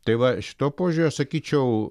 tai va šituo požiūriu aš sakyčiau